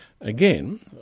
Again